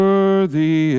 Worthy